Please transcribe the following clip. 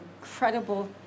incredible